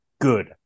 good